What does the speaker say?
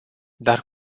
dar